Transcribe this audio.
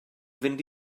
fynd